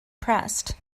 pressed